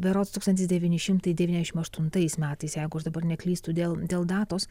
berods tūkstantis devyni šimtai devyniasdešimt aštuntais metais jeigu aš dabar neklystu dėl dėl datos